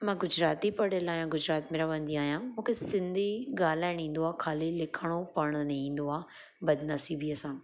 मां गुजराती पढ़ियल आहियां गुजरात में रहंदी आहियां मूंखे सिंधी ॻाल्हाइणु ईंदो आहे खाली लिखणु ऐं पढ़णु न ईंदो आहे बदनसीबीअ सां